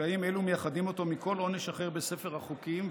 קשיים אלו מייחדים אותו מכל עונש אחר בספר החוקים,